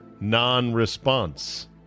non-response